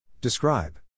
Describe